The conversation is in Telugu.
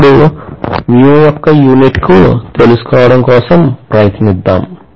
ఇప్పుడు యొక్క యూనిట్ ను తెలుసుకోవడం కోసం ప్రయత్నిద్దాం